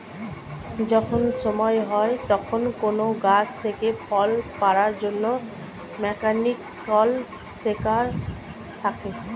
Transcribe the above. যখন সময় হয় তখন কোন গাছ থেকে ফল পাড়ার জন্যে মেকানিক্যাল সেকার থাকে